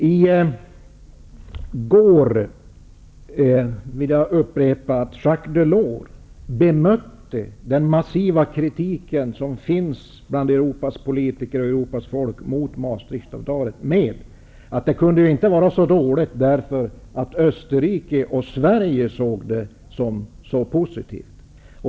Jag vill upprepa att Jacques Delors i går bemötte den massiva kritiken som finns bland Europas politiker och folk mot Maastrichtavtalet med att det inte kunde vara så dåligt, eftersom Österrike och Sverige såg det så positivt.